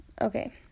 Okay